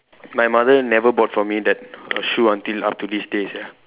my mother never bought for me that that shoe until up to this day sia